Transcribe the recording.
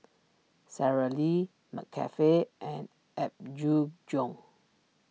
Sara Lee McCafe and Apgujeong